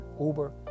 Uber